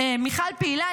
מיכל פעילן,